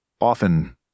often